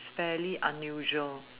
fairly unusual